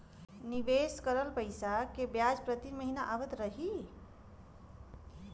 निवेश करल पैसा के ब्याज प्रति महीना आवत रही?